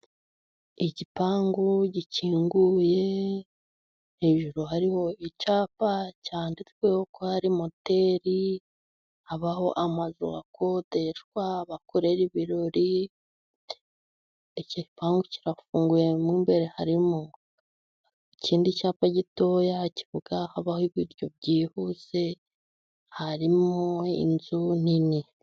Igipangu gikinguye, hejuru hariho icyapa cyanditsweho ko ari moteri. Habaho amazu akodeshwa, bahakorera ibirori. Igipangu kirafunguye, mo imbere harimo ikindi cyapa gitoya kivuga habaho ibiryo byihuse. Harimo inzu nini.